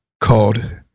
called